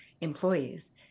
employees